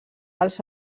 els